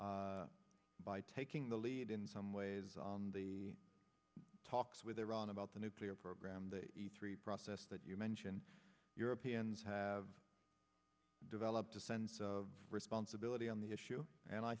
by taking the lead in some ways on the talks with iran about the nuclear program the three process that you mentioned europeans have developed a sense of responsibility on the issue and i